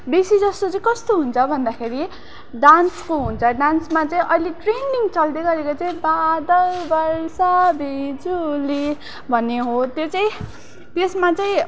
बेसी जस्तो चाहिँ कस्तो हुन्छ भन्दाखेरि डान्सको हुन्छ डान्समा चाहिँ अहिले ट्रेन्डिङ चल्दै गरेको चाहिँ बादल बर्षा बिजुली भन्ने हो त्यो चाहिँ त्यसमा चाहिँ